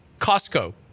Costco